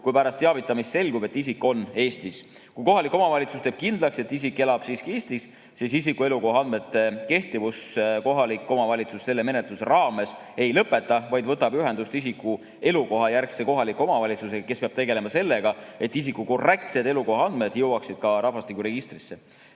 kui pärast isiku teavitamist selgub, et ta on Eestis. Kui kohalik omavalitsus teeb kindlaks, et isik elab siiski Eestis, siis isiku elukoha andmete kehtivust kohalik omavalitsus selle menetluse raames ei lõpeta, vaid võtab ühendust isiku elukohajärgse kohaliku omavalitsusega, kes peab tegelema sellega, et isiku korrektsed elukoha andmed jõuaksid ka rahvastikuregistrisse.